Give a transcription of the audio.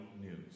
news